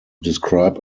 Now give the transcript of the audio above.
describe